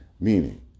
meaning